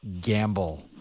gamble